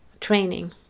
training